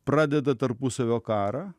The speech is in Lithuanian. pradeda tarpusavio karą